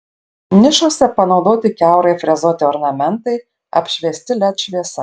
nišose panaudoti kiaurai frezuoti ornamentai apšviesti led šviesa